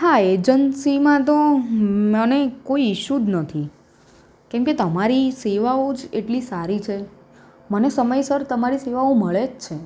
હા એજન્સીમાં તો મને કોઈ ઈસ્યુ જ નથી કેમકે તમારી સેવાઓ જ એટલી સારી છે મને સમયસર તમારી સેવાઓ મળે જ છે